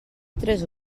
tres